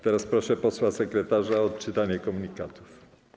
Teraz proszę posła sekretarza o odczytanie komunikatów.